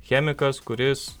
chemikas kuris